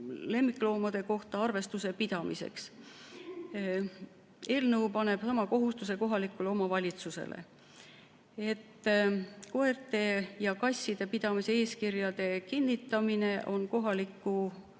lemmikloomade kohta arvestuse pidamiseks. Eelnõu paneb sama kohustuse kohalikule omavalitsusele. Koerte ja kasside pidamise eeskirjade kinnitamine on kohaliku